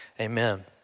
amen